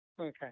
Okay